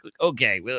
Okay